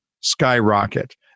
skyrocket